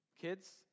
kids